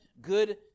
good